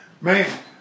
Man